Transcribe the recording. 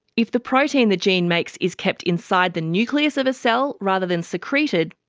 if the protein the gene makes is kept inside the nucleus of a cell rather than secreted,